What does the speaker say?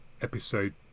Episode